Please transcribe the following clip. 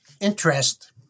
interest